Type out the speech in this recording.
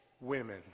women